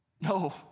No